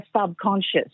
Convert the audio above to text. subconscious